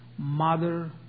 Mother